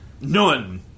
None